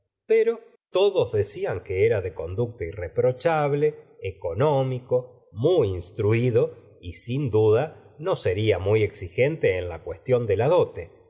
pro todo decían que era de conducta irreprociabie económico muy instruido y sin duda no hería muy exigente en ta cuestión de la dote